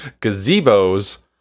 gazebos